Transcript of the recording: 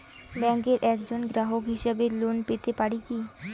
ব্যাংকের একজন গ্রাহক হিসাবে লোন পেতে পারি কি?